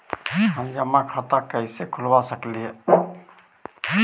हम जमा खाता कैसे खुलवा सक ही?